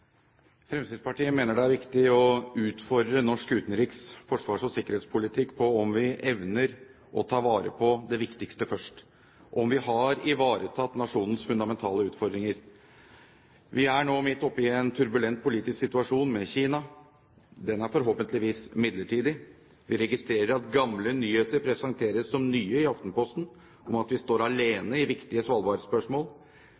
sikkerhetspolitikk på om vi evner å ta vare på det viktigste først – om vi har ivaretatt nasjonens fundamentale utfordringer. Vi er nå midt oppe i en turbulent politisk situasjon med Kina. Den er forhåpentligvis midlertidig. Vi registrerer at gamle nyheter presenteres som nye i Aftenposten, om at vi står